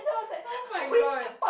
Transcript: oh-my-god